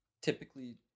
typically